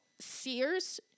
Sears